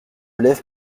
lève